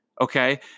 okay